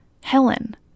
Helen